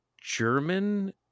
German